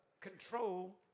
control